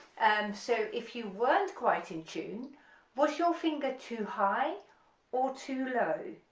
and so if you weren't quite in tune was your finger too high or too low